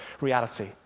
reality